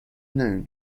known